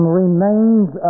remains